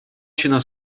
się